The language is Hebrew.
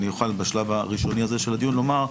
אני אוכל בשלב הראשוני של הדיון לומר,